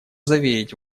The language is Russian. заверить